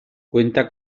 cuenta